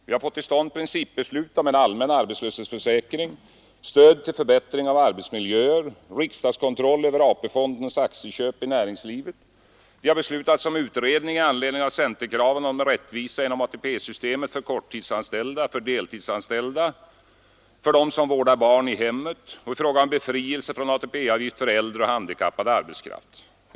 Vi har fått till stånd principbeslut om en allmän arbetslöshetsförsäkring, stöd till förbättring av arbetsmiljöer, riksdagskontroll över AP fondens aktieköp i näringslivet, det har beslutats en utredning med anledning av centerkraven om rättvisa inom ATP-systemet för korttidsanställda, för deltidsanställda, för dem som vårdar barn i hemmet och i fråga om befrielse från ATP-avgift för äldre och handikappad arbetskraft.